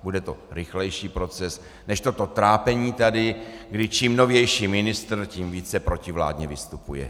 Bude to rychlejší proces než toto trápení tady, kdy čím novější ministr, tím více protivládně vystupuje.